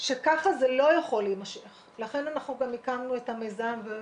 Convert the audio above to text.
שכך זה לא יכול להימשך, לכן הקמנו את המיזם.